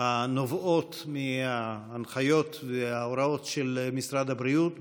שנובעות מההנחיות וההוראות של משרד הבריאות.